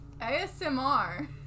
ASMR